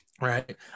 Right